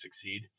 succeed